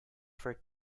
for